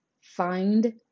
find